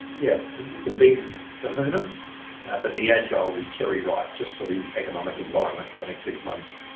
yeah the the big kahuna but the agile is cherry ripe just for the economic environment for the next six months.